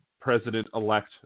president-elect